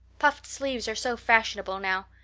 puffed sleeves are so fashionable now.